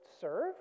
serve